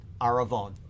Aravon